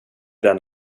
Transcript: den